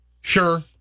sure